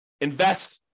Invest